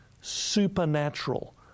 supernatural